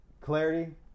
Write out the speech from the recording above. clarity